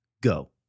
go